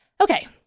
Okay